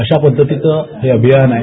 अशा पद्धतीचे हे अभियान आहे